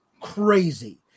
crazy